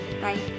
Bye